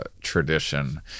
tradition